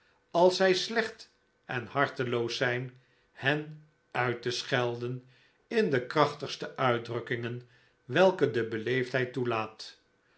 als zij slecht en harteloos zijn hen uit te schelden in de krachtigste uitdrukkingen welke de beleefdheid toelaat